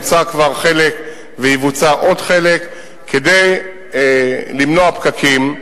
בוצע כבר חלק ויבוצע עוד חלק כדי למנוע פקקים,